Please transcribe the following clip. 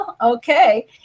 okay